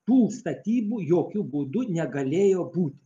tų statybų jokiu būdu negalėjo būti